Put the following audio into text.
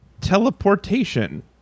teleportation